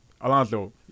Alonso